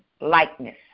likeness